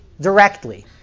directly